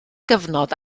gyfnod